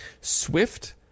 Swift